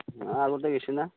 নাই আগতে গেইছিনা